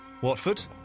Watford